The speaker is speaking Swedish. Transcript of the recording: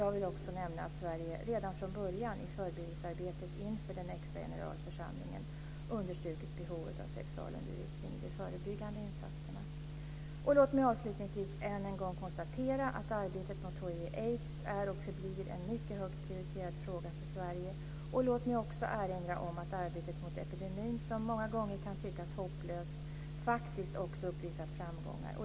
Jag vill också nämna att Sverige redan från början i förberedelsearbetet inför den extra generalförsamlingen understrukit behovet av sexualundervisning i de förebyggande insatserna. Låt mig avslutningsvis än en gång konstatera att arbetet mot hiv/aids är och förblir en mycket högt prioriterad fråga för Sverige. Låt mig också erinra om att arbetet mot epidemin som många gånger kan tyckas hopplöst, faktiskt också uppvisar framgångar.